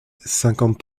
cinquante